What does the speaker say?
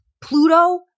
Pluto